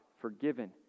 forgiven